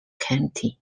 county